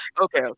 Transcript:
okay